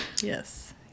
Yes